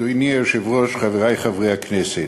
אדוני היושב-ראש, חברי חברי הכנסת,